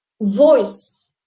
voice